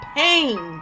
pain